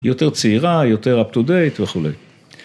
יותר צעירה, יותר up-to-date וכו'.